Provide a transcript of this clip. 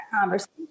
conversation